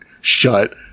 shut